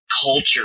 culture